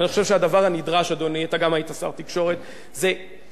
זה קמפ-דייוויד תקשורתי: לאסוף את כל גופי התקשורת,